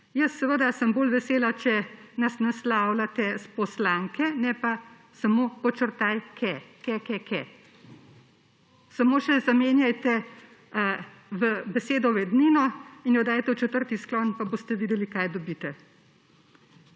Jaz seveda sem bolj vesela, če nas naslavljate s poslanke, ne pa samo − podčrtaj ke, ke, ke, ke. Samo še dajte besedo v ednino, in to v četrti sklon, pa boste videli, kaj dobite.